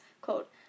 quote